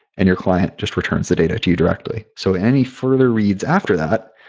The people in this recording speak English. and your client just returns the data to you directly. so any further reads after that,